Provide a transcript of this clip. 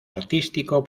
artístico